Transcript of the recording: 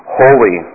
holy